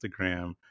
Instagram